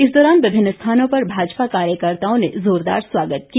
इस दौरान विभिन्न स्थानों पर भाजपा कार्यकर्त्ताओं ने जोरदार स्वागत किया